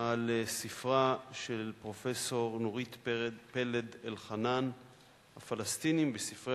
על ספרה של פרופסור נורית פלד-אלחנן "הפלסטינים בספרי